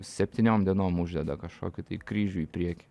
septyniom dienom uždeda kažkokį tai kryžių į priekį